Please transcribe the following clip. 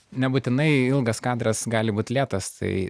nebūtinai ilgas kadras gali būt lėtas tai